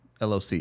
LOC